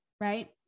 right